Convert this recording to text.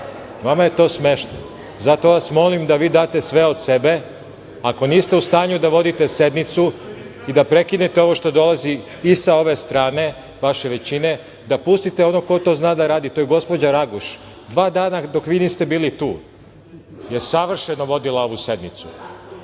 Vama je to smešno, zato vas molim da vi date sve od sebe. Ako niste u stanju da vodite sednicu i da prekinete ovo što dolazi i sa ove strane vaše većine, da pustite onoga ko to zna da radi, a to je gospođa Raguš. Dva dana dok vi niste bili tu, je savršeno vodila ovu sednicu.